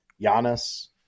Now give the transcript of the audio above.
Giannis